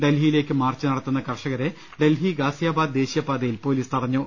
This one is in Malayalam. ഡൽഹിയിലേക്ക് മാർച്ച് നടത്തുന്ന കർഷകരെ ഡൽഹി ഗാസിയാബാദ് ദേശീയ പാതയിൽ പൊലീസ് തടഞ്ഞു